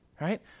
right